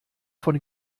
von